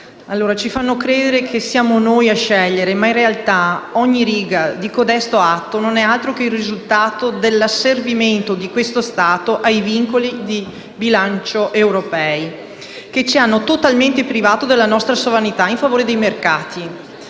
ci fanno credere che siamo noi a scegliere, ma in realtà ogni riga di codesto atto non è altro che il risultato dell'asservimento dello Stato ai vincoli di bilancio europei, che ci hanno totalmente privato della nostra sovranità in favore dei mercati.